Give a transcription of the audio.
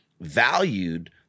valued